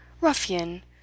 ruffian